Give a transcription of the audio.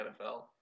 NFL